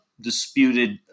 disputed